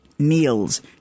Meals